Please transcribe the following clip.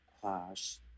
clash